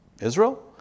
Israel